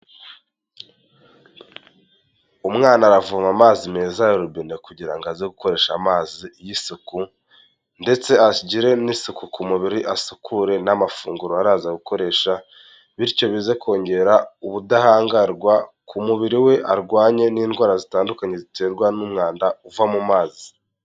Umwana aravoma amazi meza ya robine kugira ngo aze gukoresha amazi y'isuku ndetse agire n'isuku ku mubiri, asukure n'amafunguro araza gukoresha, bityo bize kongera ubudahangarwa ku mubiri we arwanye n'indwara zitandukanye ziterwa n'umwanda, uva mu mazi.